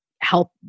help